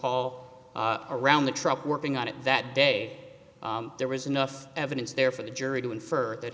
call around the truck working on it that day there was enough evidence there for the jury to infer that